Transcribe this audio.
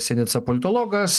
sinica politologas